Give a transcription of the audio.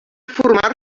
formar